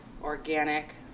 Organic